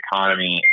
economy